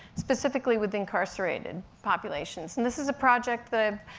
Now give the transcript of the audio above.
specifically within incarcerated populations. and this is a project that i've,